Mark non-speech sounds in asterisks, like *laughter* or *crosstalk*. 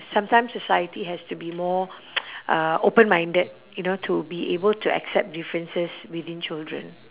sometimes society has to be more *noise* uh open minded you know to be able to accept differences within children